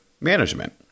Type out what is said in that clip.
management